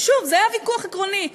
שוב, זה היה ויכוח עקרוני.